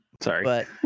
Sorry